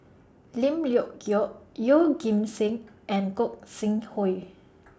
Lim Leong Geok Yeoh Ghim Seng and Gog Sing Hooi